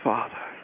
Father